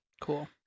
Cool